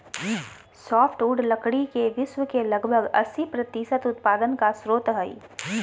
softwood लकड़ी के विश्व के लगभग अस्सी प्रतिसत उत्पादन का स्रोत हइ